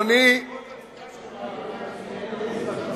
בעקבות התביעה של מיקי איתן לעשות בירור סטטיסטי,